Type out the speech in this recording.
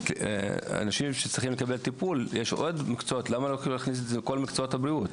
אנשים שצריכים לקבל טיפול למה לא כל מקצועות הבריאות?